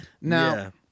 now